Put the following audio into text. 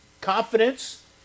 confidence